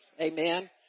Amen